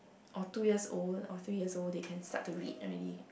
or two years old or three years old they can start to read already